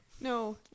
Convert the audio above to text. No